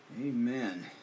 Amen